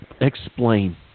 explain